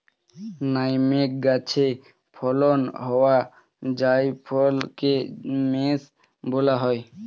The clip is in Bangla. নাটমেগ গাছে ফলন হওয়া জায়ফলকে মেস বলা হয়